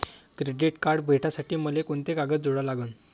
Credit card भेटासाठी मले कोंते कागद जोडा लागन?